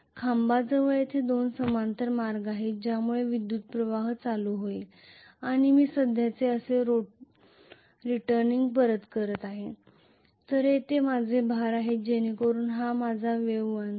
खांबाजवळ येथे दोन समांतर मार्ग आहेत ज्यामुळे येथे विद्युतप्रवाह करंट होईल आणि मी सध्याचे असे रीटर्निंग परत करणार आहे तर हे माझे भार आहे जेणेकरून हे माझ्या वेव्ह वळण आहे